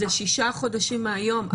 זה שישה חודשים מהיום.